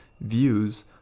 views